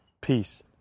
Peace